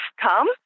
come